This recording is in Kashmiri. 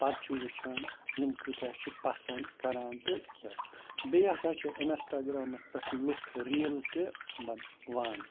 پَتہٕ چھِ وٕچھان یِم کۭتیٛاہ چھِ پَسَنٛد کَران تہٕ کیٛاہ بیٚیہِ ہسا چھِ اِنَسٹاگرٛامَس پٮ۪ٹھ لُکھ ریٖل تہِ بَنوان